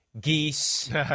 geese